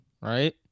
right